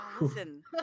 listen